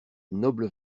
noble